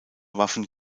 waffen